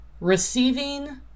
Receiving